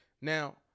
Now